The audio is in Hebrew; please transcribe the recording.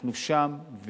אנחנו שם,